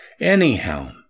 Anyhow